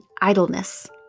idleness